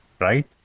right